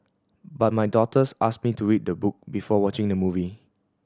but my daughters asked me to read the book before watching the movie